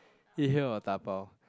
eat here or dabao